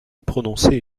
prononcer